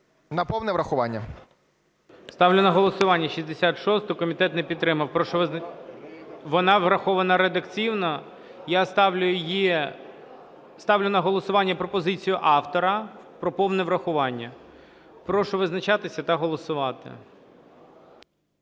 на повне врахування. ГОЛОВУЮЧИЙ. Ставлю на голосування 66-у. Комітет не підтримав. Прошу... Вона врахована редакційно. Я ставлю її, ставлю на голосування пропозицію автора про повне врахування. Прошу визначатися та голосувати.